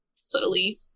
subtly